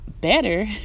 better